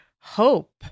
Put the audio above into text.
hope